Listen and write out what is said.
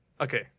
Okay